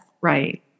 Right